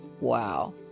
Wow